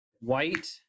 white